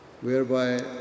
Whereby